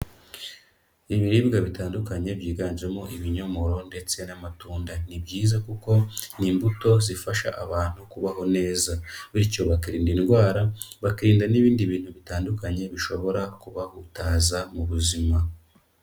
Ibiribwa bitandukanye byiganjemo ibinyomoro ndetse n'amatunda. Ni byiza kuko ni imbuto zifasha abantu kubaho neza bityo bakirinda indwara, bakirinda n'ibindi bintu bitandukanye bishobora kubahutaza mu buzima.